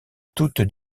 toute